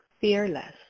fearless